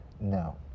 No